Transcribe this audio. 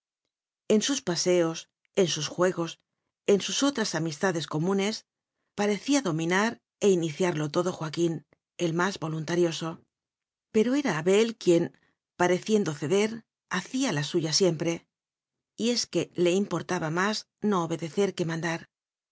en sus paseos en sus juegos en sus otras amistades comunes parecía dominar e ini ciarlo todo joaquín el más voluntarioso pero era abel quien pareciendo ceder hacía la suya siempre y es que le importaba más biblioteca nacional de españa no obedecer que mandar